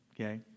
okay